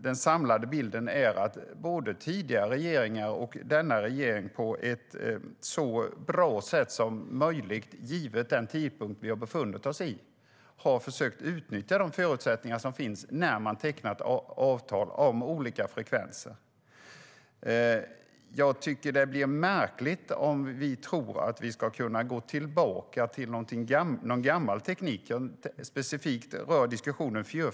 Den samlade bilden är att både tidigare regeringar och denna regering med tanke på tidsaspekten på ett så bra sätt som möjligt har försökt att utnyttja de förutsättningar som finns när man har tecknat avtal om olika frekvenser. Det är märkligt om vi tror att vi ska kunna gå tillbaka till en gammal teknik. Diskussionen rör specifikt 450-nätet.